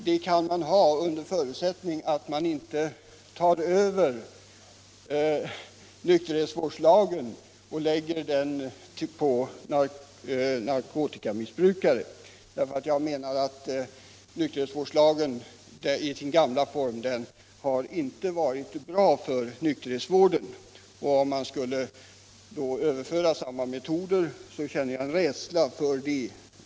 Det kan man ha under förutsättning att man inte överför nykterhetsvårdslagen att tillämpas på narkotikamissbrukare. Jag menar nämligen att nykterhetsvårdslagen i sin gamla form inte har varit bra för nykterhetsvården, och att överföra samma metoder på narkotikamissbrukare känner jag en rädsla för.